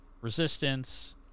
resistance